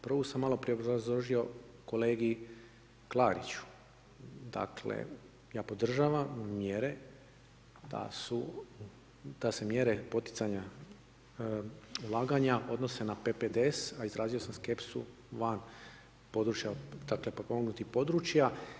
Prvu sam malo prije obrazložio kolegi Klariću, dakle, ja podržavam mjere da se mjere poticanja ulaganja odnose na PPDS, a izrazio sam skepsu van područja dakle, potpomognutih područja.